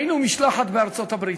היינו משלחת בארצות-הברית,